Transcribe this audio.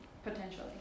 Potentially